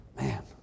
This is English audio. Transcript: man